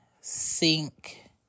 sink